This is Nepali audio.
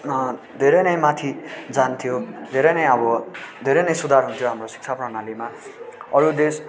धेरै नै माथि जान्थ्यो धेरै नै अब धेरै नै सुधार हुन्थ्यो हाम्रो शिक्षा प्रणालीमा अरू देश